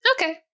Okay